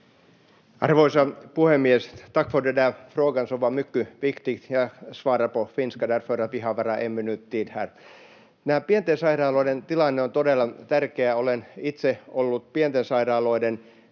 Arvoisa puhemies! Tack för den där frågan, som var mycket viktig. Jag svarar på finska eftersom vi bara har en minut tid här. Näiden pienten sairaaloiden tilanne on todella tärkeä. Olen itse ollut pienten sairaaloiden